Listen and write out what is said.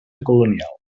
colonial